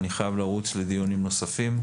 אני חייב לרוץ דיונים נוספים.